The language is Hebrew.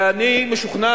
ואני משוכנע,